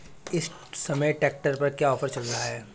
इस समय ट्रैक्टर पर क्या ऑफर चल रहा है?